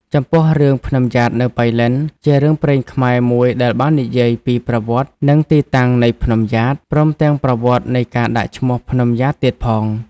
ចំពោះរឿង ភ្នំំយ៉ាតនៅប៉ៃលិន ជារឿងព្រេងខ្មែរមួយដែលបាននិយាយពី ប្រវត្តិ និងទីតាំងនៃភ្នំយ៉ាត ព្រមទាំងប្រវត្តិនៃការដាក់ឈ្មោះភ្នំយ៉ាតទៀតផង។